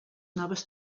noves